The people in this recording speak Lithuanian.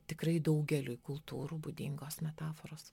tikrai daugeliui kultūrų būdingos metaforos